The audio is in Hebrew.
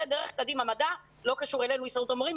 זה דרך קדימה מדע, לא קשור אלינו, הסתדרות המורים.